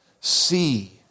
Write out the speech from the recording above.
see